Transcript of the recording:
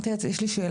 אמרתי לה יש לי שאלה,